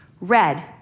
Red